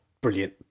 brilliant